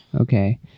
okay